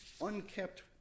unkept